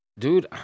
Dude